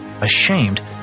Ashamed